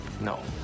No